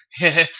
Yes